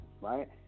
right